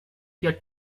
your